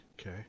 okay